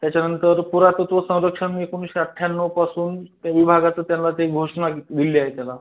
त्याच्यानंतर पुरातत्त्व संरक्षण एकोणीसशे अठ्ठ्याण्णवपासून त्या विभागाचं त्याला ते एक घोषणा दिली आहे त्याला